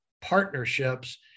partnerships